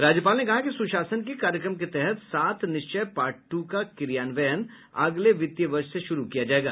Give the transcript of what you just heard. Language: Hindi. राज्यपाल ने कहा कि सुशासन के कार्यक्रम के तहत सात निश्चिय पार्ट टू का क्रियान्वयन अगले वित्तीय वर्ष से शुरू किया जायेगा